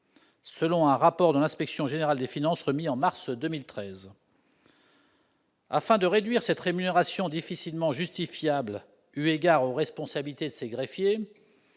selon un rapport de l'Inspection générale des finances remis en mars 2013. Afin de réduire cette rémunération difficilement justifiable eu égard aux responsabilités de ces greffiers